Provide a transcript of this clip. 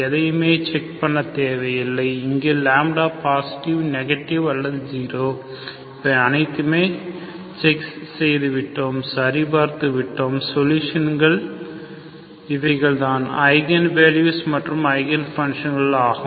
எதையுமே செக் பண்ண தேவை இல்லை இங்கு λ பாசிட்டிவ் நெகடிவ் அல்லது 0 இவை அனைத்துமே செக் செய்து விட்டோம் சரி பார்த்து விட்டோம் சொலுஷன் இவைகள் தான் ஐகன் வேல்யூ ஐகன் பங்க்ஷன்கள் ஆகும்